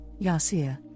Yasir